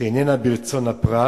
שאיננה ברצון הפרט